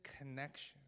connection